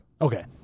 okay